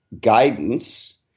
guidance